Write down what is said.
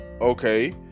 okay